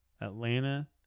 Atlanta